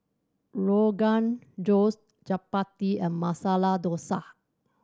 Rogan Josh Chapati and Masala Dosa